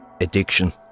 addiction